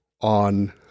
on